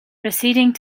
proceeding